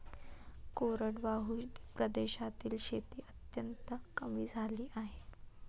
कोरडवाहू प्रदेशातील शेती अत्यंत कमी झाली आहे